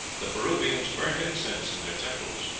the peruvians burnt incense in their temples.